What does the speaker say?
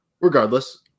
regardless